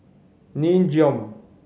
Nin Jiom